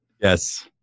Yes